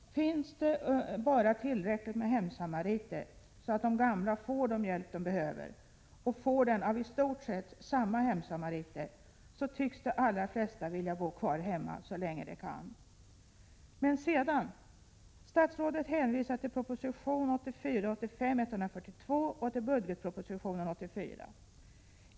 Finns det bara tillräckligt med hemsamariter, så att de gamla får den hjälp de behöver och får den av i stort sett samma hemsamariter, då tycks de allra flesta vilja bo kvar hemma så länge de kan. Men sedan? Statsrådet hänvisar till proposition 1984/85:142 och till 1984 års budgetproposition.